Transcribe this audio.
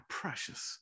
precious